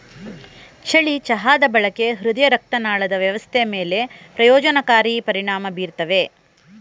ಬಿಳಿ ಚಹಾದ ಬಳಕೆ ಹೃದಯರಕ್ತನಾಳದ ವ್ಯವಸ್ಥೆ ಮೇಲೆ ಪ್ರಯೋಜನಕಾರಿ ಪರಿಣಾಮ ಬೀರ್ತದೆ